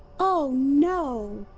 oh, no!